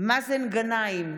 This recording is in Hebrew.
מאזן גנאים,